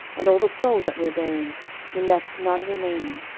and all the souls that were therein he left none remaining,